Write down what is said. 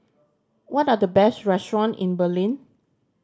what are the best restaurant in Berlin